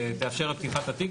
שתאפשר את פתיחת התיק,